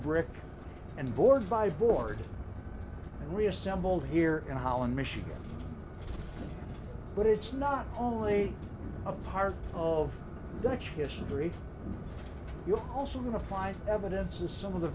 brick and board by board and reassembled here in holland michigan but it's not only a part of dutch history you're also going to find evidence of some of the